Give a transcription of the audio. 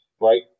right